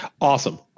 Awesome